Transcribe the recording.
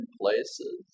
places